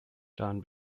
john